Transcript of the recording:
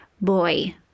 boy